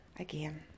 again